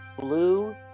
Blue